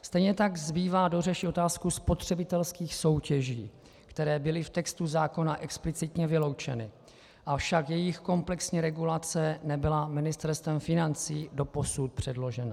Stejně tak zbývá dořešit otázku spotřebitelských soutěží, které byly v textu zákona explicitně vyloučeny, avšak jejich komplexní regulace nebyla Ministerstvem financí dosud předložena.